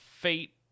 fate